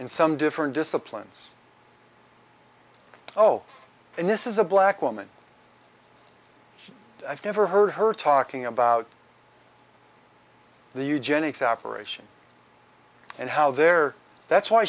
in some different disciplines oh and this is a black woman i've never heard her talking about the eugenics operation and how they're that's why